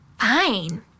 Fine